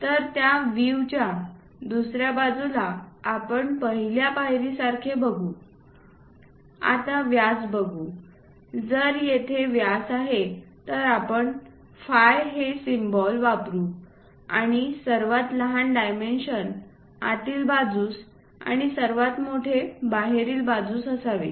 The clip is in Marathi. तर त्या व्हिव च्या दुसर्या बाजूला आपण पहिल्या पायरीसारखे बघू आता व्यास बघू जर तेथे व्यास आहे तर आपण फाय हे सिम्बॉल वापरू आणि सर्वात लहान डायमेन्शन्स आतील बाजूस आणि सर्वात मोठे बाहेरील बाजूस असावे